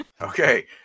Okay